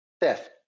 death